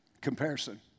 Comparison